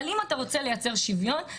אבל אם אתה רוצה לייצר שוויון,